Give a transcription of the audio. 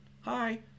hi